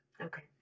Okay